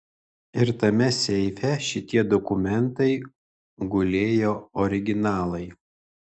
ir tame seife šitie dokumentai gulėjo originalai